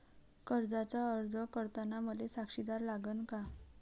कर्जाचा अर्ज करताना मले साक्षीदार लागन का?